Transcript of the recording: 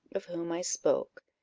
of whom i spoke.